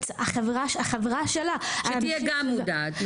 החברה שלה --- שהיא תהיה גם מודעת.